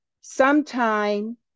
sometime